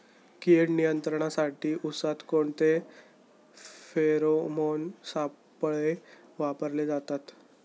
कीड नियंत्रणासाठी उसात कोणते फेरोमोन सापळे वापरले जातात?